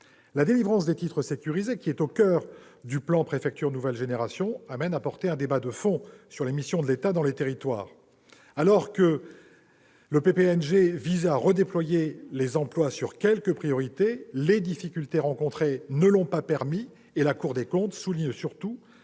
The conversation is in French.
La délivrance des titres sécurisés, au coeur du plan Préfectures nouvelle génération, amène à porter un débat de fond sur les missions de l'État dans les territoires. Alors que le PPNG visait à redéployer des emplois sur quelques priorités, les difficultés rencontrées ne l'ont pas permis. La Cour des comptes souligne surtout